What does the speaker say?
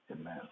Amen